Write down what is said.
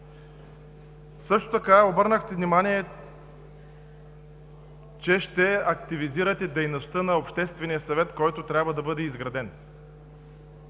Също така обърнахте внимание, че ще активизирате дейността на обществения съвет, който трябва да бъде изграден.